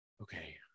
okay